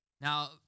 Now